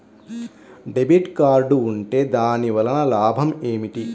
Debit card ఉంటే దాని వలన లాభం ఏమిటీ?